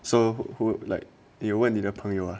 so who like a 问你的朋友啊